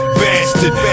bastard